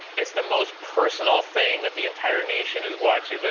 it's the most personal thing that the entire nation is watching. but